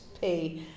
pay